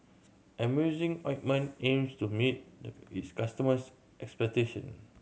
Emulsying Ointment aims to meet its customers' expectation